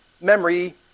memory